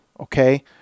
okay